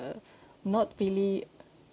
uh not really